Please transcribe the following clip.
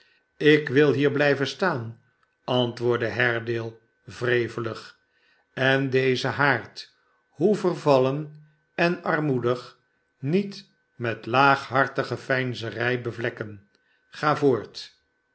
ik wil hier blijven staan antwoordde haredale wrevelig sen dezen haard hoe vervallen en armoedig niet met laaghartige veinzerij bevlekken ga voort